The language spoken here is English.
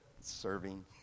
serving